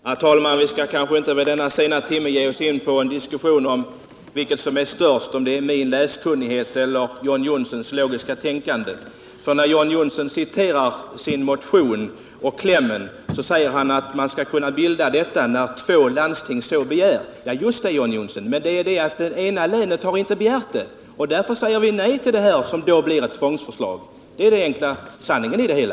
Herr talman! Vi skall kanske inte vid denna sena timme ge oss in i en . diskussion om vilkét som är störst: min lsktinnighet eller John Johnssons logiska tänkande. ; John Johnsson citerade klämment isin motion och sade att man skall kunna bilda en gemensam huvudman när två landsting så begär. Ja, just det! Men det är bara det, John Johnsson, att det ena länet inte har begärt detta. Därför säger vi nej till det som därigenom blir ett tvångsförslag. Det är den enkla sanningen i det hela.